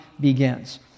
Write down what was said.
begins